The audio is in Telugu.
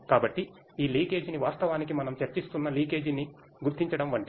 కాబట్టి ఈ లీకేజీని వాస్తవానికి మనం చర్చిస్తున్న లీకేజీని గుర్తించడం వంటిది